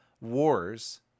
wars